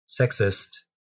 sexist